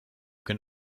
can